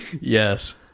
yes